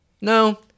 No